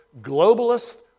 globalist